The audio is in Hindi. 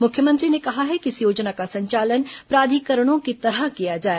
मुख्यमंत्री ने कहा है कि इस योजना का संचालन प्राधिकरणों की तरह किया जाए